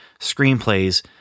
screenplays